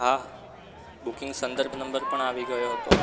હા બુકિંગ સંદર્ભ નંબર પણ આવી ગયો હતો